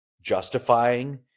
justifying